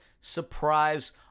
surprise